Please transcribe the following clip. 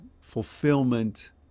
fulfillment